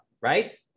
right